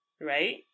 right